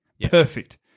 Perfect